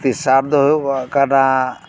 ᱛᱮᱥᱟᱨ ᱫᱚ ᱦᱩᱭᱩᱜᱚᱜ ᱠᱟᱱᱟ